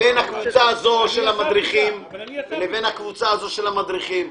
בין הקבוצה הזאת של המדריכים לבין הקבוצה הזאת של המדריכים.